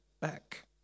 back